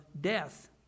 death